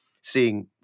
seeing